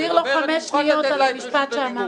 תחזיר לו חמש שניות על המשפט שאמרתי.